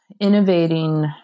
innovating